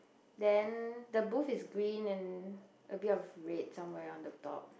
then the booth is green and a bit of red somewhere on the top